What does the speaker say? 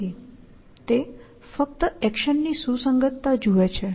તે ફક્ત એક્શનની સુસંગતતા જુએ છે